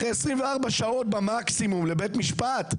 אחרי 24 שעות במקסימום מביאים לבית משפט.